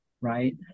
right